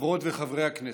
חברות וחברי הכנסת,